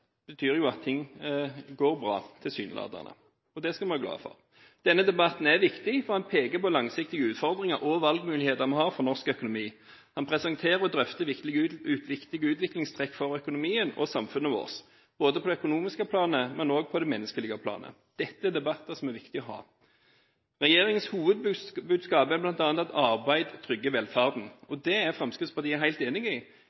dette betyr at ting går bra – tilsynelatende. Det skal vi være glad for. Denne debatten er viktig, for her pekes det på de langsiktige utfordringer og valgmuligheter vi har når det gjelder norsk økonomi. Man presenterer og drøfter viktige utviklingstrekk i økonomien og i samfunnet vårt, både på det økonomiske og på det menneskelige planet. Dette er debatter som er viktig å ha. Regjeringens hovedbudskap er bl.a. at arbeid trygger velferden. Det er Fremskrittspartiet helt enig i.